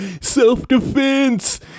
Self-defense